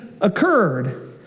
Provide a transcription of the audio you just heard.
occurred